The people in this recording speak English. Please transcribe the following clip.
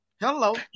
Hello